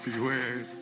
Beware